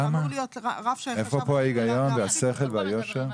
איפה פה ההיגיון והשכל והיושר?